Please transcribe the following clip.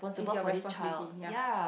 it's your responsibility ya